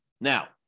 Now